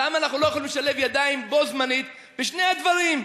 למה אנחנו לא יכולים לשלב ידיים בו בזמן בשני הדברים,